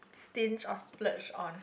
stinge or splurge on